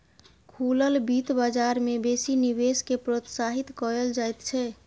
खुलल बित्त बजार मे बेसी निवेश केँ प्रोत्साहित कयल जाइत छै